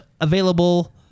available